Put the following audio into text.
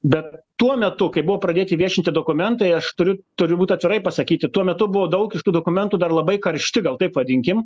bet tuo metu kai buvo pradėti viešinti dokumentai aš turiu turiu būt atvirai pasakyti tuo metu buvo daug iš tų dokumentų dar labai karšti gal taip vadinkim